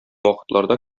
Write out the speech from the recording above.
вакытларда